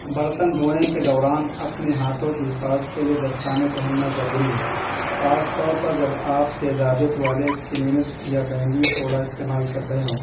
برتن دھونے کے دوران اپنے ہاتھوں کی حفاظت کے لیے دستانے پہننا ضروری ہے خاص طور پر جب آپ تیزابیت والے کلینز یا بینکنگ سوڈا استعمال کر رہے ہوں